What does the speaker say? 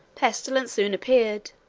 pestilence soon appeared,